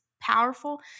powerful